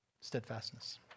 Steadfastness